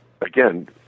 Again